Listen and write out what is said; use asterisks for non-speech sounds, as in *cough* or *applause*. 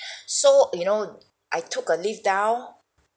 *breath* so you know I took a lift down